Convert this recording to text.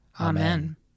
Amen